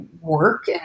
work